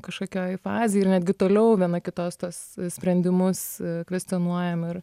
kažkokioj fazėj ir netgi toliau viena kitos tos sprendimus kvestionuojam ir